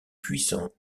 puissant